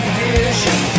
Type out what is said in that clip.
vision